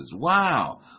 Wow